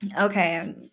Okay